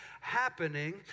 happening